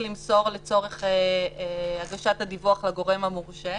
למסור לצורך הגשת הדיווח לגורם המורשה.